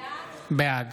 בעד